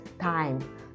time